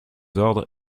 ordres